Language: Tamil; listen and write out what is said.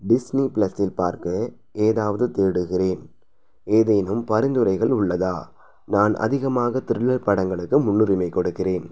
டிஸ்னி ப்ளஸ்ஸில் பார்க்க ஏதாவது தேடுகிறேன் ஏதேனும் பரிந்துரைகள் உள்ளதா நான் அதிகமாக த்ரில்லர் படங்களுக்கு முன்னுரிமைக் கொடுக்கிறேன்